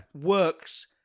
works